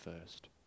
first